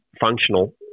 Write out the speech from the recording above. functional